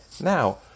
Now